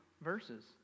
verses